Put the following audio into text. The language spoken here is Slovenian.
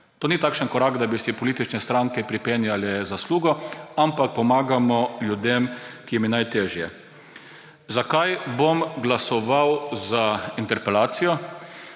To ni takšen korak, da bi si politične stranke pripenjale zaslugo, ampak pomagamo ljudem, ki jim je najtežje. Zakaj bom glasoval za interpelacijo?